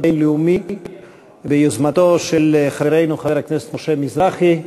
מס' 2934,